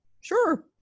sure